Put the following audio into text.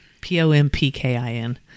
P-O-M-P-K-I-N